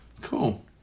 Cool